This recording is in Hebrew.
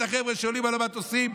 את החבר'ה שעולים על המטוסים,